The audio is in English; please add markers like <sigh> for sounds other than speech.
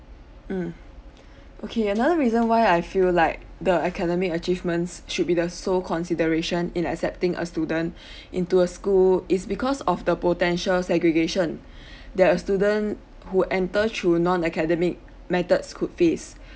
mm <breath> okay another reason why I feel like the academic achievements s~ should be the sole consideration in accepting a student <breath> into a school is because of the potential segregation <breath> there're student who enter through non academic method could face <breath>